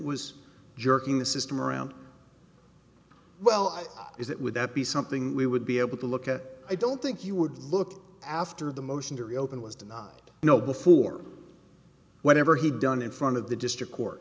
was jerking the system around well is it would that be something we would be able to look at i don't think you would look after the motion to reopen was denied you know before whenever he done in front of the district court